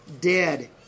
dead